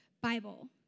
Bible